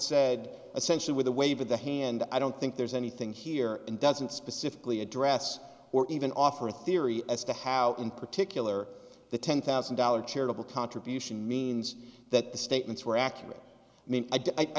said essentially with a wave of the hand i don't think there's anything here and doesn't specifically address or even offer a theory as to how in particular the ten thousand dollars charitable contribution means that the statements were accurate i mean i